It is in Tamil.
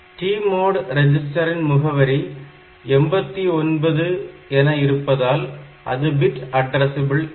TMOD ரிஜிஸ்டரின் முகவரி 89 என்பதால் அது பிட் அட்ரஸபிள் இல்லை